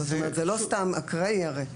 זה לא סתם אקראי, הרי.